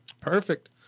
Perfect